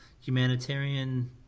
humanitarian